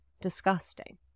disgusting